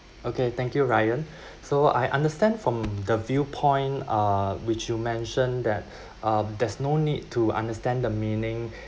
okay thank you ryan so I understand from the viewpoint uh which you mentioned that um there's no need to understand the meaning